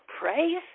Praise